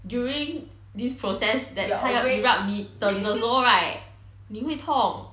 during this process that 他要 erupt 你等的时候你会痛